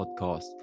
podcast